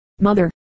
Mother